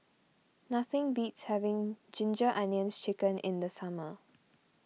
nothing beats having Ginger Onions Chicken in the summer